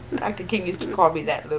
dr. king used to call me that little